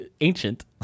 ancient